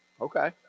Okay